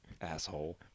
asshole